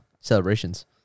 celebrations